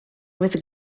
with